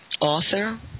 author